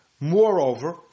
Moreover